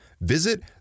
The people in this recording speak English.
Visit